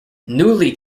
newly